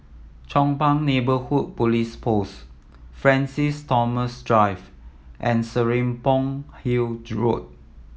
Chong Pang Neighbourhood Police Post Francis Thomas Drive and Serapong Hill Road